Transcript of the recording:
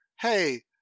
hey